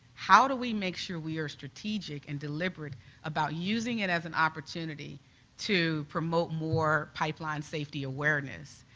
how do we make sure we are strategic and deliberate about using it as and opportunity to promote more pipeline safety awareness,